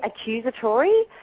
accusatory